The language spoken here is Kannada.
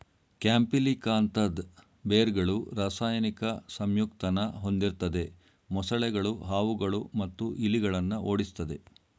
ಕ್ಯಾಂಪಿಲಿಕಾಂತದ್ ಬೇರ್ಗಳು ರಾಸಾಯನಿಕ ಸಂಯುಕ್ತನ ಹೊಂದಿರ್ತದೆ ಮೊಸಳೆಗಳು ಹಾವುಗಳು ಮತ್ತು ಇಲಿಗಳನ್ನ ಓಡಿಸ್ತದೆ